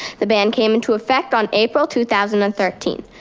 the ban came into effect on april two thousand and thirteen.